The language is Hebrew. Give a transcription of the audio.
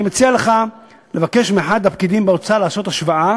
אני מציע לך לבקש מאחד הפקידים באוצר לעשות השוואה